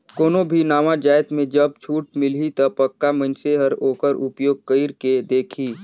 कोनो भी नावा जाएत में जब छूट मिलही ता पक्का मइनसे हर ओकर उपयोग कइर के देखही